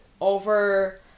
over